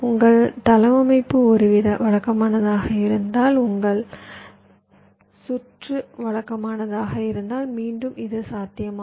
உங்கள் தளவமைப்பு ஒருவித வழக்கமானதாக இருந்தால் உங்கள் சுற்று வழக்கமானதாக இருந்தால் மீண்டும் இது சாத்தியமாகும்